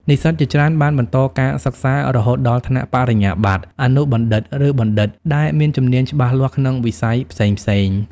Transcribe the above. និស្សិតជាច្រើនបានបន្តការសិក្សារហូតដល់ថ្នាក់បរិញ្ញាបត្រ អនុបណ្ឌិត ឬបណ្ឌិត ហើយមានជំនាញច្បាស់លាស់ក្នុងវិស័យផ្សេងៗ។